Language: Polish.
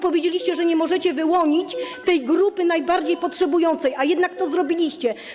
Powiedzieliście, że nie możecie wyłonić tej najbardziej potrzebującej grupy, a jednak to zrobiliście.